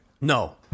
No